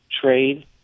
trade